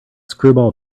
screwball